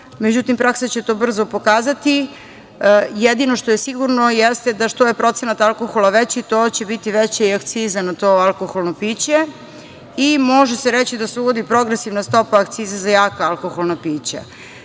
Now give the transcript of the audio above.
Međutim, praksa će to brzo pokazati. Jedino što je sigurno jeste da je što je procenat alkohola veći to će biti i veća akciza na to alkoholno piće. Može se reći da se u vodi progresivna stopa akcize za jaka alkoholna